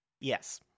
Yes